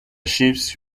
ships